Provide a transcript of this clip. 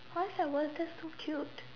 how is that's a worst that's so cute